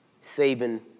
saving